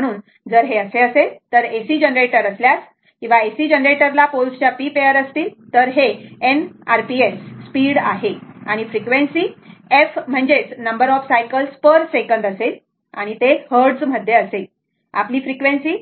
म्हणून जर हे असे असेल तर AC जनरेटर असल्यास जर AC जनरेटरला पोल्सच्या p पेअर असतील तर हे n r p s speed आहे आणि फ्रिक्वेन्सी f म्हणजे number of cycles per second असेल बरोबर ते हर्ट्झ मध्ये असेल आपली फ्रिक्वेन्सी